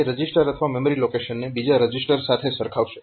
તે રજીસ્ટર અથવા મેમરી લોકેશનને બીજા રજીસ્ટર સાથે સરખાવશે